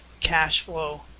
Cashflow